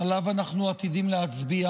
שעליו אנחנו עתידים להצביע.